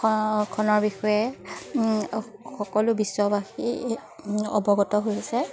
খনৰ বিষয়ে সকলো বিশ্ববাসী অৱগত হৈছে